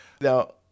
Now